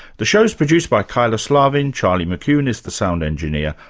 the show is produced by kyla slaven, charlie mccune is the sound engineer,